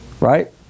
right